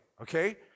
okay